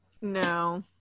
No